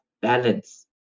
balance